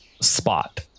spot